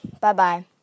Bye-bye